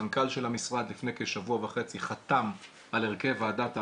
המנכ"ל של המשרד לפני כשבוע וחצי חתם על הרכב ועדת ההגרלה.